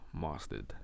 mastered